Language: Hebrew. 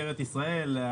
משטרת ישראל,